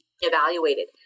evaluated